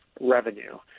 revenue